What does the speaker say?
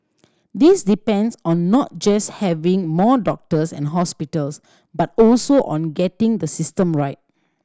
this depends on not just having more doctors and hospitals but also on getting the system right